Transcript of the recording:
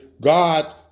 God